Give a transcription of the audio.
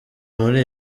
muri